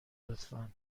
لطفا